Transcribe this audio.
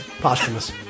posthumous